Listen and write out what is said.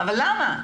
אבל למה?